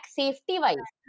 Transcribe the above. safety-wise